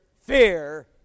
fear